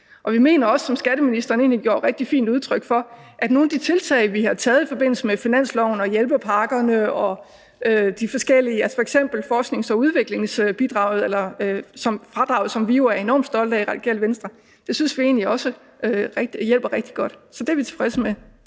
egentlig også, som skatteministeren også gav rigtig fint udtryk for, at nogle af de tiltag, som vi har taget i forbindelse med finansloven og hjælpepakkerne, altså f.eks. forsknings- og udviklingsfradraget, som vi jo er enormt stolte af i Radikale Venstre, hjælper rigtig godt. Så det er vi tilfredse med.